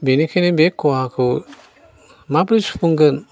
बेनिखायनो बे खहाखौ माब्रै सुफुंगोन